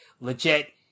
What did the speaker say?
legit